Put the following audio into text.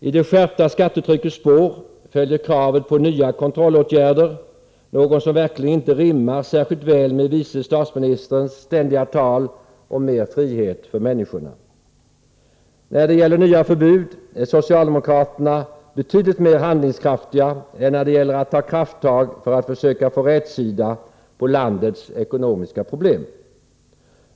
I det skärpta skattetryckets spår följer kravet på nya kontrollåtgärder, något som verkligen inte rimmar särskilt väl med vice statsministerns ständiga tal om mer frihet för människorna. När det gäller nya förbud är socialdemokraterna betydligt mer handlingskraftiga än när det gäller att ta krafttag för att försöka få rätsida på landets ekonomiska problem.